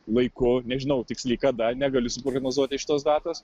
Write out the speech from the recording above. laiku nežinau tiksliai kada negaliu suprognozuoti šitos datos